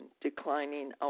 declining